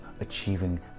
achieving